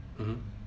mmhmm